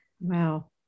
Wow